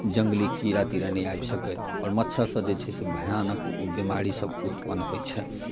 जंगली कीड़ा तीड़ा नहि आबि सकै आओर मच्छर सऽ जे छै भयानक बीमारी सब उत्पन्न होइ छै